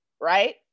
right